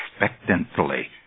expectantly